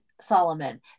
Solomon